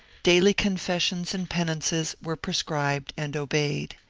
daily confessions and penances were prescribed and obeyed.